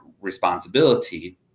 responsibility